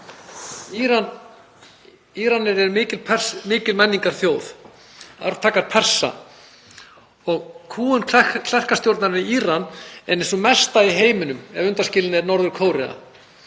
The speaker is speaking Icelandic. Íranir eru mikil menningarþjóð, arftakar Persa, og kúgun klerkastjórnarinnar í Íran er ein sú mesta í heiminum ef undanskilin er Norður-Kórea.